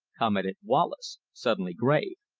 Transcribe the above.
commented wallace, suddenly grave.